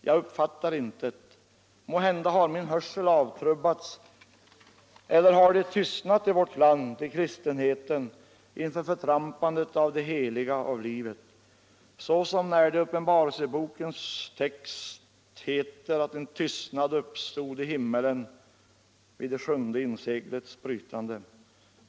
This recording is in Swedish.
Jag uppfattar intet. Måhända har min hörsel avtrubbats. Eller har det tystnat i vårt land, i kristenheten, inför förtrampandet av det heliga, av livet? Såsom när det i Uppenbarelsebokens domstexter heter att en tystnad uppstod i himmelen vid det sjunde inseglets brytande.